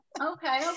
Okay